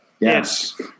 Yes